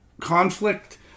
conflict